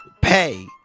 pay